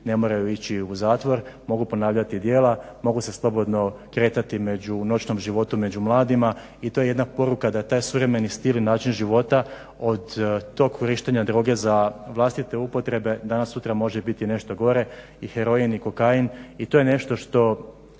ne moraju ići u zatvor, mogu ponavljati djela, mogu se slobodno kretati u noćnom životu među mladima i to je jedna poruka da taj suvremeni stil i način života od tog korištenja droge za vlastite upotrebe danas-sutra može biti nešto gore i heroin i kokain. I to je nešto što